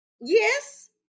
Yes